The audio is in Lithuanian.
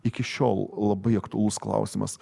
iki šiol labai aktualus klausimas